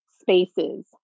spaces